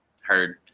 Heard